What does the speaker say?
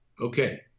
Okay